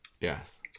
Yes